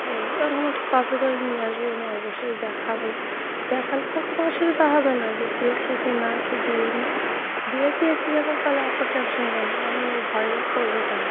তো এরকম একটা কপি করে নিয়ে আসব এনে অবশ্যই দেখাব দেখালে তো আর কোনো অসুবিধা হবে না যে দিয়েছি কি না কি দিইনি দিয়ে দিয়েছি যখন তাহলে অত টেনশন কেন আমি ওই ভয় বা করব কেন